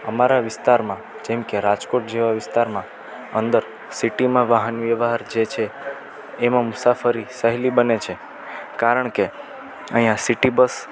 અમારા વિસ્તારમાં જેમ કે રાજકોટ જેવા વિસ્તારમાં અંદર સીટીમાં વાહન વ્યવહાર જે છે એમાં મુસાફરી સહેલી બને છે કારણ કે અહીંયા સીટી બસ